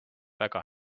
väga